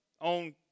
on